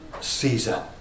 season